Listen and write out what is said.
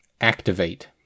activate